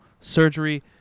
surgery